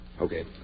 Okay